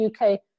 uk